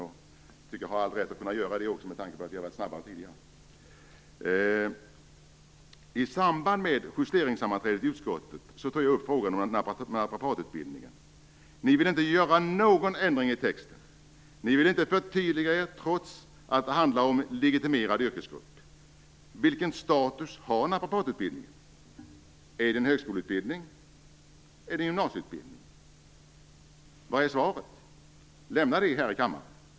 Jag tycker att jag har rätt till det, med tanke på att vi har varit snabba tidigare. I samband med justeringssammanträdet i utskottet tog jag upp frågan om naprapatutbildningen. Majoriteten ville inte göra någon ändring eller förtydligande i texten trots att detta handlar om en legitimerad yrkesgrupp. Vilken status har naprapatutbildningen? Är den en högskoleutbildning eller en gymnasieutbildning? Vad är svaret? Lämna det här i kammaren!